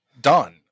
done